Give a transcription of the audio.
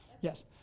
yes